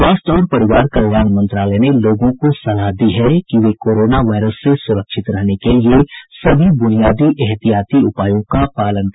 स्वास्थ्य और परिवार कल्याण मंत्रालय ने लोगों को सलाह दी है कि वे कोरोना वायरस से सु्रक्षित रहने के लिए सभी बुनियादी एहतियाती उपायों का पालन करें